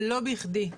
ולא בכדי.